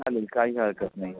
चालेल काही हरकत नाही